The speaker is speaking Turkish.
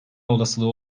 olasılığı